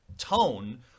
tone